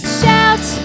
shout